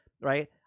Right